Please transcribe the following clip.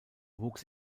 wuchs